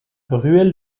ruelle